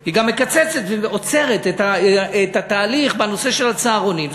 היא גם מקצצת ועוצרת את התהליך של הצהרונים.